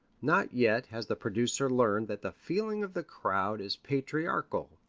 not yet has the producer learned that the feeling of the crowd is patriarchal,